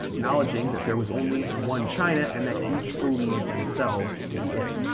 acknowledging that there was only one china, and that each believed themselves to be it.